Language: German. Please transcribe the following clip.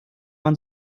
man